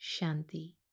Shanti